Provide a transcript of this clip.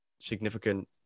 significant